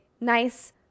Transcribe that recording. nice